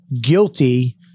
guilty